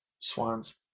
swan's